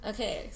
Okay